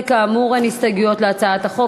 כאמור, אין הסתייגויות להצעת החוק.